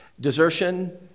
desertion